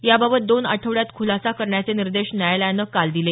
याबाबत दोन आठवड्यात खुलासा करण्याचे निर्देश न्यायालयानं काल दिले